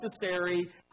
necessary